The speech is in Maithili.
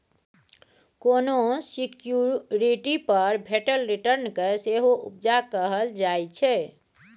कोनो सिक्युरिटी पर भेटल रिटर्न केँ सेहो उपजा कहल जाइ छै